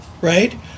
right